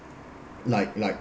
like like